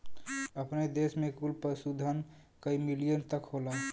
अपने देस में कुल पशुधन कई मिलियन तक होला